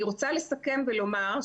אני רוצה לסכם ולומר,